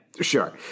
Sure